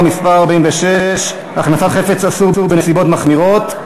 (מס' 46) (הכנסת חפץ אסור בנסיבות מחמירות),